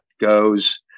goes